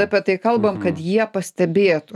apie tai kalbam kad jie pastebėtų